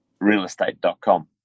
realestate.com